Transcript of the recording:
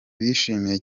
bishimiye